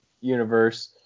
universe